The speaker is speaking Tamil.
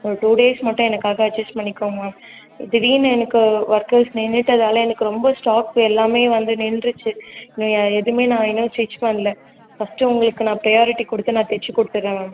ஒரு டூ டேஸ் மட்டும் எனக்காக அட்ஜஸ்ட் பண்ணிக்கோங்க மேம் திடீர்ன்னு எனக்கு ஒர்க்கர்ஸ் நின்னுட்டதால் எனக்கு ரொம்ப ஸ்டாக் எல்லாமே வந்து நின்றுச்சு நான் எதுவுமே நான் இன்னும் ஸ்டிச் பண்ணல ஃபர்ஸ்ட்டு உங்களுக்கு நான் ப்ரியாரிட்டி கொடுத்து நான் தச்சி கொடுத்துர்றேன் மேம்